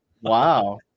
Wow